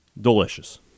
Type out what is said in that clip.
Delicious